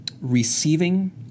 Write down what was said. receiving